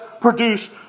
produce